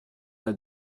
n’a